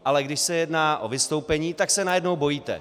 Ale když se jedná o vystoupení, tak se najednou bojíte.